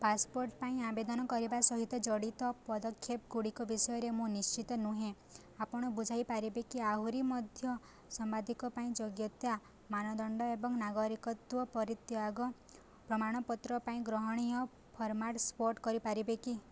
passport ପାଇଁ ଆବେଦନ କରିବା ସହିତ ଜଡ଼ିତ ପଦକ୍ଷେପଗୁଡ଼ିକ ବିଷୟରେ ମୁଁ ନିଶ୍ଚିତ ନୁହେଁ ଆପଣ ବୁଝାଇ ପାରିବେ କି ଆହୁରି ମଧ୍ୟ ଆପଣ ସାମ୍ବାଦିକ ପାଇଁ ଯୋଗ୍ୟତା ମାନଦଣ୍ଡ ଏବଂ ନାଗରିକତ୍ୱ ପରିତ୍ୟାଗ ପ୍ରମାଣପତ୍ର ପାଇଁ ଗ୍ରହଣୀୟ ଫର୍ମାଟ୍ ସ୍ପଟ୍ କରିପାରିବେ କି